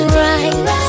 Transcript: right